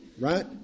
right